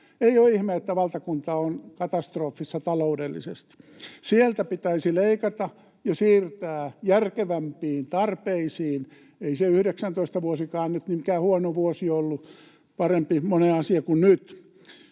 Ei ole ihme, että valtakunta on katastrofissa taloudellisesti. Sieltä pitäisi leikata ja siirtää järkevämpiin tarpeisiin. Ei se vuosi 19:kaan nyt mikään huono vuosi ollut. Paremmin moni asia kuin nyt.